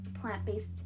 plant-based